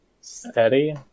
Steady